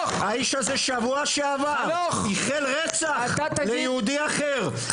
האיש הזה שבוע שעבר ייחל רצח ליהודי אחר,